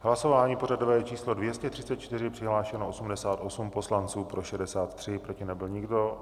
V hlasování pořadové číslo 234 přihlášeno 88 poslanců, pro 63, proti nebyl nikdo.